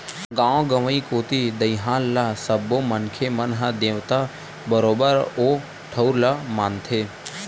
गाँव गंवई कोती दईहान ल सब्बो मनखे मन ह देवता बरोबर ओ ठउर ल मानथे